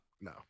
No